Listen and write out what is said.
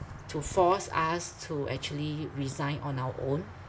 to force us to actually resign on our own